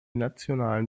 nationalen